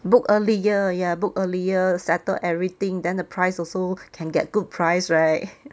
book earlier ya book earlier settle everything then the price also can get good price right